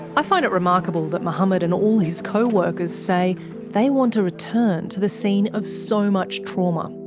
i find it remarkable that mohammed and all his co-workers say they want to return to the scene of so much trauma.